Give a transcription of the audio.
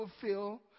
fulfill